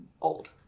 old